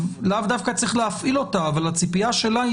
לאו דווקא צריך להפעיל אותה אבל הציפייה שלי,